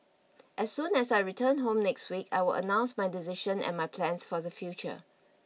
as soon as I return home next week I will announce my decision and my plans for the future